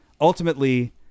ultimately